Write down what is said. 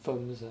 firms ah